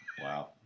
Wow